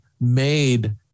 made